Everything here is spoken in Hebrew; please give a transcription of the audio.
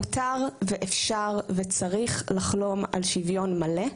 מותר ואפשר וצריך לחלום על שוויון מלא,